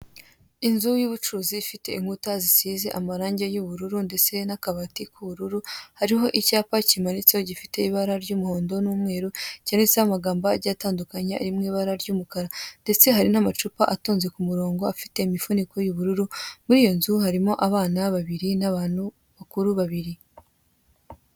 Inzu y'ubucuruzi ifite inkuta zisize amarangi y'ubururu ndetse n'akabati k'ubururu. Hariho icyapa kimanitseho, gifite ibara ry'umuhondo n'umweru, cyanditseho amagambo agiye atandukanye, ari mu ibara ry'umukara, ndetse hari n'amacupa atonze ku murongo, afite imifuniko y'ubururu. Muri iyo nzu harimo abana babiri n'abantu bakuru babiri.